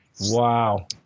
Wow